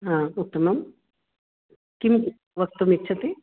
हा उत्तमं किं वक्तुम् इच्छति